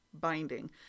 binding